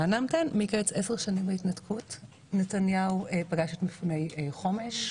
מקץ עשר שנים להתנתקות נתניהו פגש את מפוני חומש.